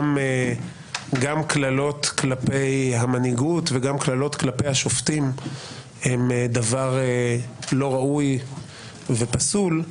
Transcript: גם קללות כלפי המנהיגות וגם קללות כלפי השופטים הם דבר לא ראוי ופסול.